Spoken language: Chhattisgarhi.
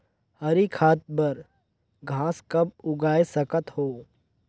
हरी खाद बर घास कब उगाय सकत हो?